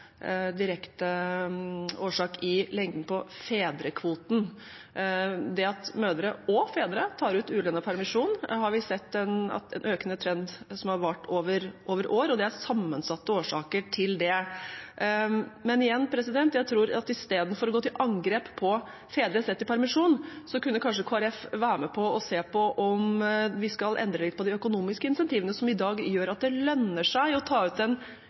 lengden på fedrekvoten. Det at mødre – og fedre – tar ut ulønnet permisjon, er en økende trend vi har sett over år, og det er sammensatte årsaker til det. Men igjen: Istedenfor å gå til angrep på fedres rett til permisjon kunne kanskje Kristelig Folkeparti være med og se på om vi skal endre litt på de økonomiske insentivene som i dag gjør at det lønner seg å ta ut den